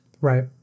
right